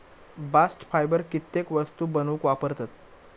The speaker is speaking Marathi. बास्ट फायबर कित्येक वस्तू बनवूक वापरतत